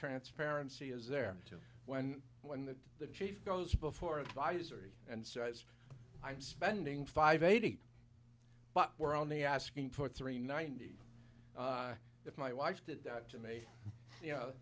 transparency is there too when when the chief goes before advisory and size i'm spending five eighty but we're only asking for three ninety if my wife did that to me you know